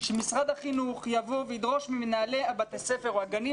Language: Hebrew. שמשרד החינוך יבוא וידרוש ממנהלי בתי הספר או הגנים